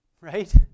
right